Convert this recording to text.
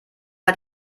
hat